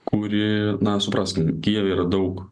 kuri na supraskim kijeve yra daug